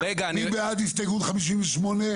מי בעד הסתייגות 58?